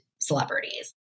celebrities